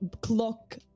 clock